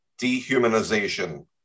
Dehumanization